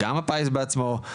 גם הפיס בעצמו,